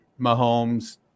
Mahomes